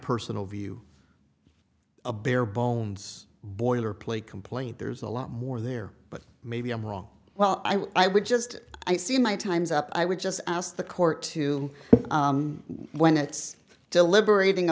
personal view a bare bones boilerplate complaint there's a lot more there but maybe i'm wrong well i would just i see my time's up i would just ask the court to when it's deliberating